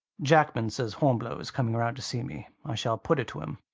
jackman says hornblower's coming round to see me. i shall put it to him.